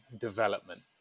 development